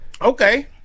Okay